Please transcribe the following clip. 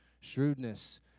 Shrewdness